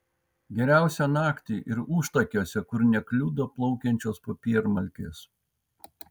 geriausia naktį ir užtakiuose kur nekliudo plaukiančios popiermalkės